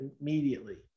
immediately